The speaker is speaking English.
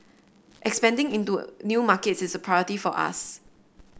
expanding into new markets is a priority for us